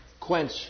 quench